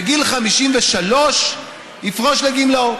בגיל 53 יפרוש לגמלאות.